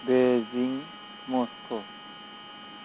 Beijing Moscow